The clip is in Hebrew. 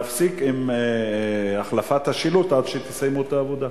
להפסיק עם החלפת השילוט עד שתסיימו את העבודה.